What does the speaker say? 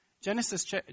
Genesis